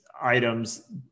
items